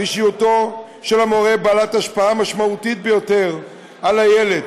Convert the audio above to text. אישיותו של המורה היא בעלת השפעה משמעותית ביותר על הילד,